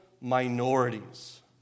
minorities